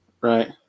Right